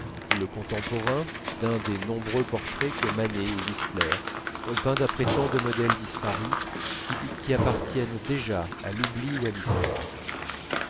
le contemporain d'un des nombreux portraits que manet ou whistler ont peints d'après tant de modèles disparus qui appartiennent déjà à l'oubli ou à l'histoire